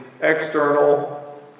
external